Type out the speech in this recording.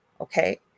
okay